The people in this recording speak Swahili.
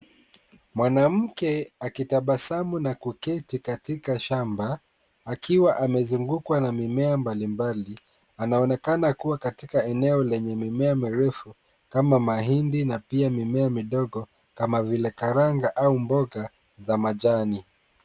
Mwanamke akitabasamu na kuketi katika shamba, akiwa amezungukwa na mimea mbalimbali, anaonekana kuwa katika eneo lenye mimea mrefu kama mahindi na pia mimea midogo kama vile karanga au mboga za majani.